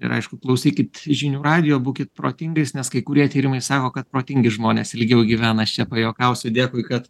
ir aišku klausykit žinių radijo būkit protingais nes kai kurie tyrimai sako kad protingi žmonės ilgiau gyvena aš čia pajuokausiu dėkui kad